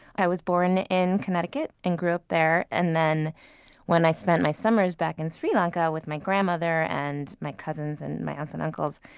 i was born in connecticut and grew up there. and then when i spent my summers back in sri lanka with my grandmother, and my cousins, and my aunts and uncles,